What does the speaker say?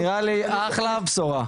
זו נראית לי אחלה בשורה.